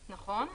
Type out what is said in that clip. נכון.